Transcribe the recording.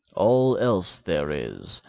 all else there is,